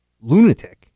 lunatic